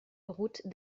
route